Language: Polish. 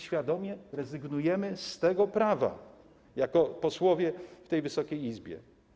Świadomie rezygnujemy z tego prawa jako posłowie w tej Wysokiej Izbie.